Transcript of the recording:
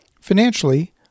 financially